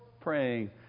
praying